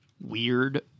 weird